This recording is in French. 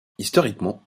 historiquement